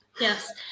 Yes